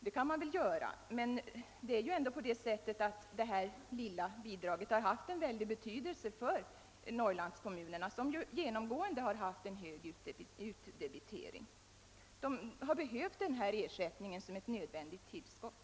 Det kan man väl göra, men det lilla bidraget har haft stor betydelse för norrlandskommunerna, vilka genomgående har haft en hög utdebitering. De har behövt denna ersättning som ett nödvändigt tillskott.